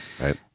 Right